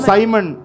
Simon